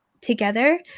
together